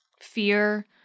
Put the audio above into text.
fear